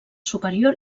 superior